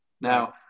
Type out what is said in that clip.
Now